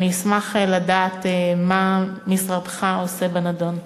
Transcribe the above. אני אשמח לדעת מה משרדך עושה בנדון.